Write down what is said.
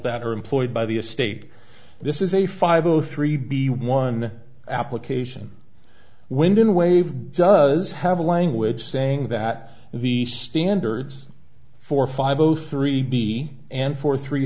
that are employed by the a state this is a five o three b one application window in wave does have a language saying that the standards four five zero three b and four three